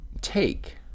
Take